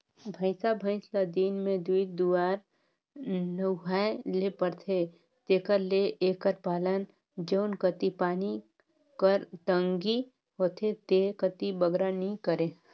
भंइसा भंइस ल दिन में दूई जुवार नहुवाए ले परथे तेकर ले एकर पालन जउन कती पानी कर तंगी होथे ते कती बगरा नी करें